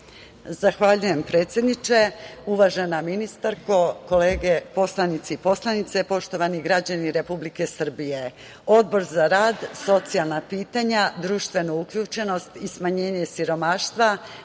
Zahvaljujem, predsedniče. Uvažena ministarko, kolege poslanici i poslanice, poštovani građani Republike Srbije, Odbor za rad, socijalna pitanja, društvenu uključenost i smanjenje siromaštva